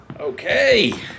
Okay